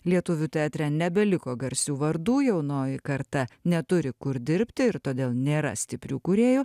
lietuvių teatre nebeliko garsių vardų jaunoji karta neturi kur dirbti ir todėl nėra stiprių kūrėjų